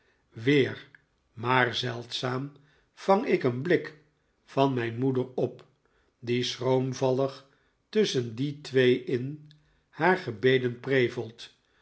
weer maar zeldzaam vang ik een blik van mijn moeder op die schroomvallig tusschen die twee in haar gebeden